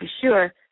sure